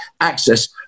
access